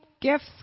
gifts